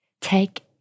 Take